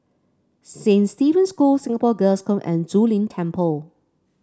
Saint Stephen's School Singapore Girls' Home and Zu Lin Temple